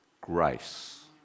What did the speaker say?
grace